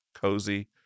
Cozy